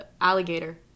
Alligator